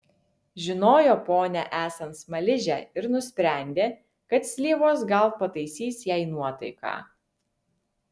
žinojo ponią esant smaližę ir nusprendė kad slyvos gal pataisys jai nuotaiką